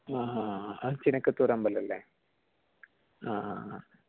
ആ ആ ആ അച്ചിനകത്തൊരമ്പലം അല്ലേ ആ ആ ആ